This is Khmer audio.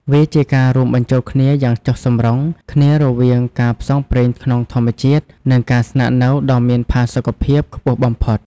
វាជាការរួមបញ្ចូលគ្នាយ៉ាងចុះសម្រុងគ្នារវាងការផ្សងព្រេងក្នុងធម្មជាតិ និងការស្នាក់នៅដ៏មានផាសុកភាពខ្ពស់បំផុត។